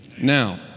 Now